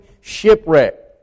shipwreck